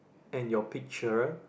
and your picture